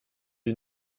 you